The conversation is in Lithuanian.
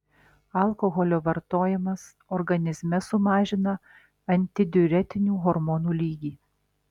alkoholio vartojimas organizme sumažina antidiuretinių hormonų lygį